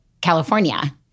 California